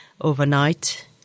overnight